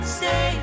say